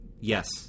Yes